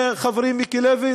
חברי מיקי לוי?